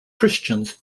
christians